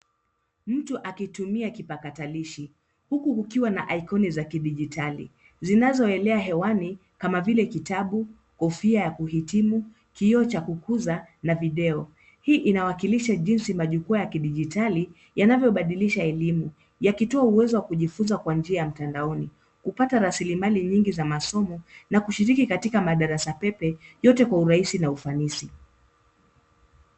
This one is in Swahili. Mtu akitumia kipakatalishi huku ukiwa na ikoni za kidijitali zinazoelea hewani, kama vile kitabu, kofia ya kuhitimu, kioo cha kukuza na video. Hii inawakilisha jinsi majukwaa ya kidijitali yanavyobadilisha elimu, yakitoa uwezo wa kujifunza kwa njia ya mtandaoni, kupata rasilimali nyingi za masomo, na kushiriki katika madarasa pepe — yote kwa urahisi na ufanisi.